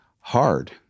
hard